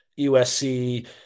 USC